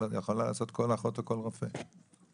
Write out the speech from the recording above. כל אחות או כל רופא יכולים לעשות את זה.